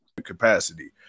Capacity